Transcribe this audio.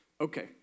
Okay